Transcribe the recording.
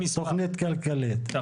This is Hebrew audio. יש תכנית כלכלית.